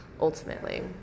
ultimately